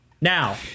Now